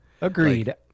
Agreed